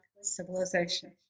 civilization